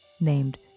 named